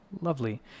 Lovely